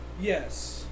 Yes